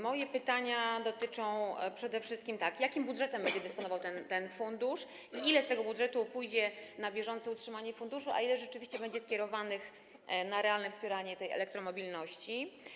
Moje pytania dotyczą przede wszystkim tego, jakim budżetem będzie dysponował ten fundusz i ile z tego budżetu pójdzie na bieżące utrzymanie funduszu, a ile rzeczywiście będzie skierowane na realne wspieranie tej elektromobilności.